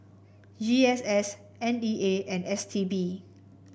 G S S N E A and S T B